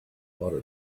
for